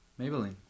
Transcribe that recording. Maybelline